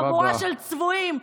חבורה של צבועים.